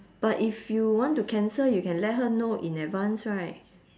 but if you want to cancel you can let her know in advance right